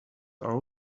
are